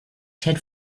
ted